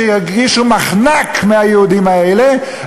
שירגישו מחנק מהיהודים האלה,